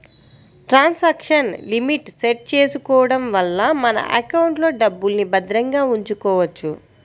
transaction limit set చేసుకోడం వల్ల మన ఎకౌంట్లో డబ్బుల్ని భద్రంగా ఉంచుకోవచ్చు